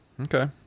Okay